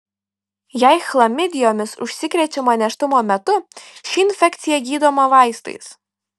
jei chlamidijomis užsikrečiama nėštumo metu ši infekcija gydoma vaistais